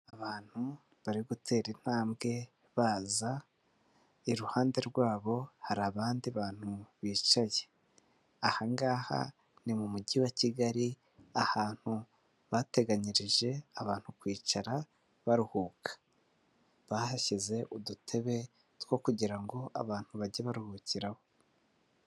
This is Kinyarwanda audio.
Abantu bari gutera intambwe baza, iruhande rwabo hari abandi bantu bicaye, aha ngaha ni mu mujyi wa Kigali, ahantu bateganyirije abantu kwicara baruhuka, bahashyize udutebe two kugira ngo abantu bajye baruhukiraho.